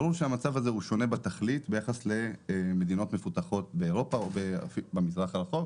ברור שהמצב הזה שונה בתכלית לעומת מדינות מפותחות באירופה ובמזרח הרחוק,